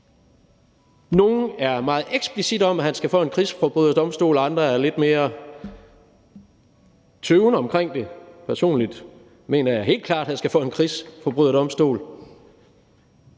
nogle er meget eksplicitte om, at han skal for en krigsforbryderdomstol, og andre er lidt mere tøvende omkring det; personligt mener jeg helt klart, at han skal for en krigsforbryderdomstol